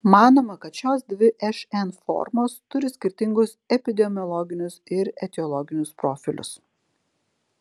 manoma kad šios dvi šn formos turi skirtingus epidemiologinius ir etiologinius profilius